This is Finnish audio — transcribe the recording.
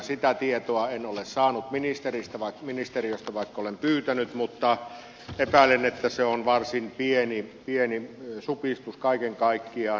sitä tietoa en ole saanut ministeriöstä vaikka olen pyytänyt mutta epäilen että se on varsin pieni supistus kaiken kaikkiaan